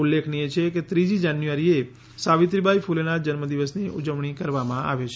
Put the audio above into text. ઉલ્લેખનીય છે કે ત્રીજી જાન્યુઆરીએ સાવિત્રીબાઈ ફૂલેના જન્મદિવસની ઉજવણી કરવામાં આવે છે